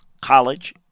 college